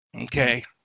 okay